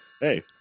Hey